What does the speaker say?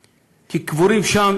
כי קבורים שם